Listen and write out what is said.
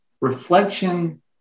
reflection